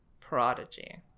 prodigy